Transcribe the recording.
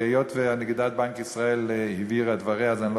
היות שנגידת בנק ישראל הבהירה את דבריה אז אני לא